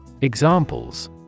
Examples